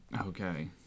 Okay